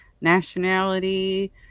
nationality